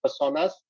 personas